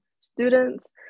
students